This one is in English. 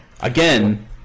again